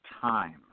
time